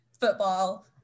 football